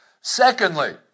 Secondly